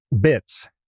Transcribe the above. Bits